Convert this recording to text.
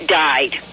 died